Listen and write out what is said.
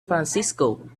francisco